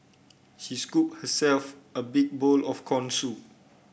she scooped herself a big bowl of corn soup